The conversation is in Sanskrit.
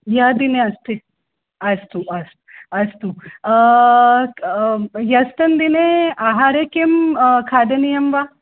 द्वाभ्यां दिनाभ्याम् अस्ति अस्तु अस्तु अस्तु ह्यस्तनदिने आहारे किं खादनीयं वा